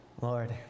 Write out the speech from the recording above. Lord